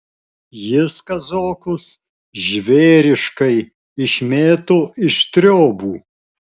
jis kazokus žvėriškai išmėto iš triobų